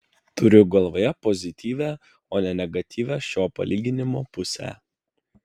turiu galvoje pozityvią o ne negatyvią šio palyginimo pusę